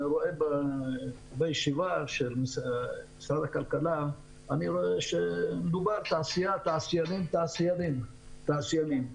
בישיבה אני שומע שמדברים על תעשיינים ועל תעשיינים ועל תעשיינים.